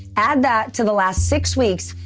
add that to the last six weeks,